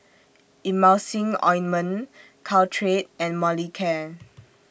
Emulsying Ointment Caltrate and Molicare